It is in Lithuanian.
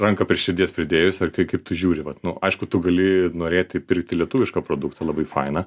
ranką prie širdies pridėjus ar kaip tu žiūri vat nu aišku tu gali norėti pirkti lietuvišką produktą labai faina